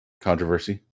controversy